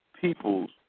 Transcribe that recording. peoples